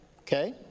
Okay